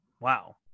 Wow